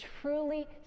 truly